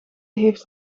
heeft